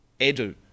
Edu